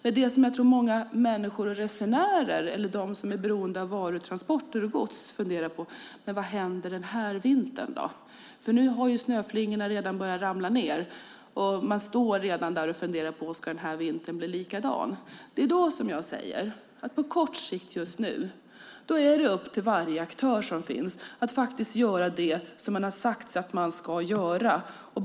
Men det som många människor och resenärer eller de som är beroende av varutransporter och gods funderar på är: Vad händer den här vintern? Nu har snöflingorna börjat falla, och man står redan där och funderar om den här vintern ska bli likadan. Det är då som jag säger: På kort sikt, just nu, är det upp till varje aktör att göra det som man har sagt att man ska göra.